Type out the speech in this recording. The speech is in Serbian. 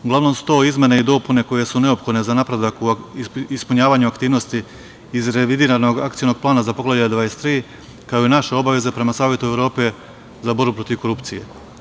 Uglavnom su to izmene i dopune koje su neophodne za napredak u ispunjavanju aktivnosti iz revidiranog Akcionog plana za Poglavlje 23, kao i naša obaveza prema Savetu Evrope za borbu protiv korupcije.